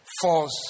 false